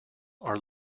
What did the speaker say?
are